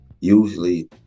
usually